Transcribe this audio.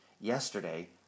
yesterday